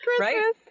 Right